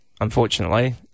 unfortunately